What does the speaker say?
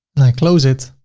and i close it.